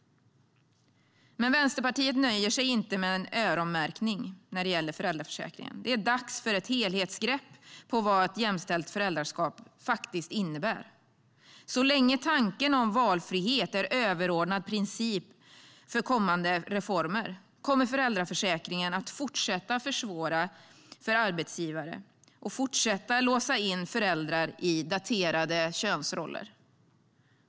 Men Vänsterpartiet nöjer sig inte med en öronmärkning när det gäller föräldraförsäkringen. Det är dags för ett helhetsgrepp på vad ett jämställt föräldraskap faktiskt innebär. Så länge tanken om valfrihet är en överordnad princip för kommande reformer kommer föräldraförsäkringen att fortsätta försvåra för arbetsgivare och fortsätta att låsa in föräldrar i daterade könsroller.